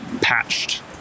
patched